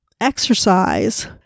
exercise